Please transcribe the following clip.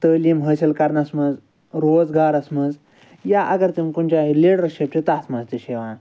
تٲلیٖم حٲصِل کَرنَس مَنٛز روزگارَس مَنٛز یا اگر تِم کُنہِ جایہِ لیٖڈَرشِپ چھِ تتھ مَنٛز تہِ چھِ یِوان